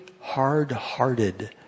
hard-hearted